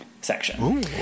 section